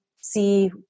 see